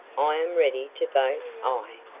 i am ready to vote aye.